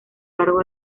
largo